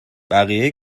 بقیه